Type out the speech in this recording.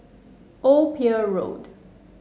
Old Pier Road